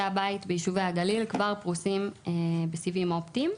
הבית ביישובי הגליל כבר פרוסים בסיבים אופטימיים.